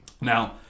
Now